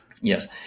Yes